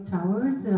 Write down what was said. Towers